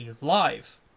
Live